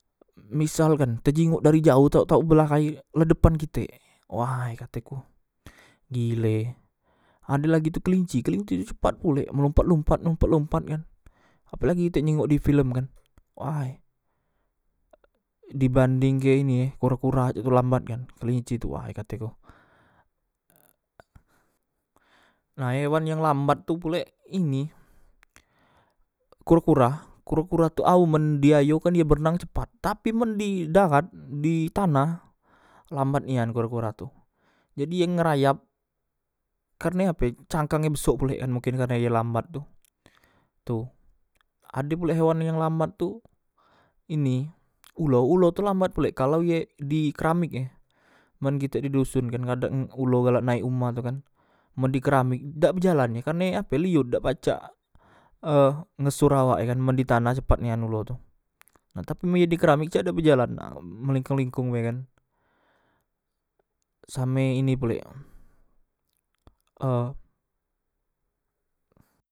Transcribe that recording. Misalkan tejingok dari jao tauk tauk belahai la depan kitek way kateku gile ade lagi tu kelinci kelinci tu cepat pulek melumpat lumpat lumpat lumpat kan apelagi kite nyingok di filem kan way dibandengke ini e kura kura cak itu lambat kan kelinci tu way kateku nah hewan yang lambat tu pulek ini kura kura kura kura tu ao men di ayo kan ye men berenang kan cepat tapi men di dahat di tanah lambat nian kura kura tu jadi ye ngerayap karne ape cangkang e besok pulek mungkin karne ye lambat tu tu ade pulek hewan yang lambat tu ini ulo ulo tu lambat pulek kalau ye di keramik e men kitek di doson kan kadang ulo galak naek uma tu kan men di keramik dak bejalan ye karne ape liyut dak pacak eh ngesur awake kan men ditanah cepat nian ulo tu nah tapi men dikeramik cak dak bejalan melingkung lingkung be kan same ini pulek